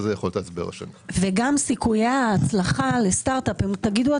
וגם סיכויי ההצלחה לסטארט אפ תגידו,